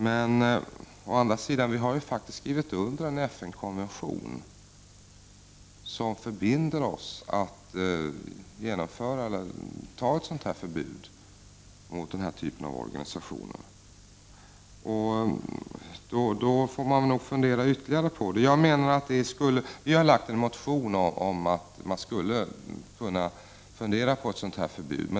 Å andra sidan har vi faktiskt skrivit under en FN-konvention som förbinder oss att genomföra ett förbud mot denna typ av organisationer. Man får nog fundera ytterligare på detta. Vi har väckt en motion om att man skulle överväga ett sådant förbud.